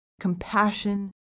compassion